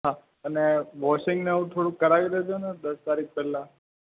હા અને વોશિંગને એવું થોડુંક કરાવી દેજોને દસ તારીખ પહેલા